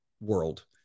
world